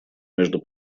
между